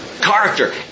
Character